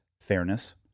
fairness